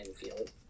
field